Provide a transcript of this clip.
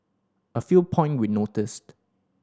a few point we noticed